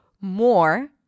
more